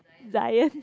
Zian